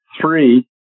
three